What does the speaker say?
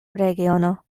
regiono